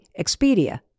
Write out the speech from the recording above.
Expedia